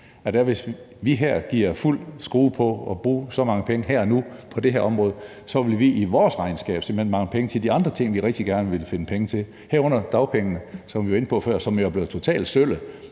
hvis vi giver den fuld skrue ved her og nu at bruge så mange penge på det her område, vil vi i vores regnskab simpelt hen mangle penge til de andre ting, som vi rigtig gerne vil finde penge til, herunder dagpengene, som vi var inde på før, som jo er blevet totalt sølle